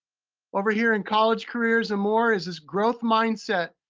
over here in college careers and more is this growth mindset